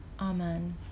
Amen